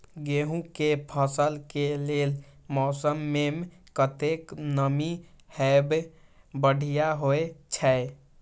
गेंहू के फसल के लेल मौसम में कतेक नमी हैब बढ़िया होए छै?